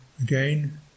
again